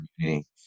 community